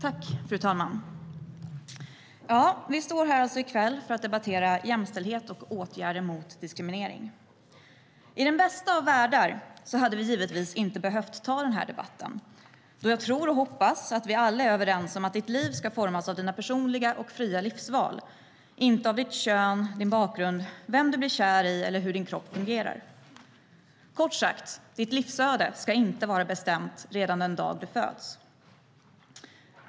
Fru talman! Vi står här i kväll för att debattera jämställdhet och åtgärder mot diskriminering. I den bästa av världar hade vi givetvis inte behövt ta den här debatten, eftersom jag tror och hoppas att vi alla är överens om att ditt liv ska formas av dina personliga och fria livsval, inte av ditt kön, din bakgrund, vem du blir kär i eller hur din kropp fungerar. Kort sagt: Ditt livsöde ska inte vara bestämt redan den dag du föds.